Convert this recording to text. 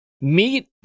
Meet